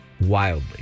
Wildly